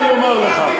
אני רוצה לתקן אותך: